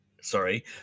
Sorry